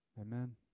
Amen